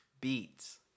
beats